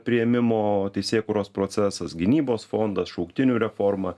priėmimo teisėkūros procesas gynybos fondas šauktinių reforma